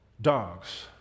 dogs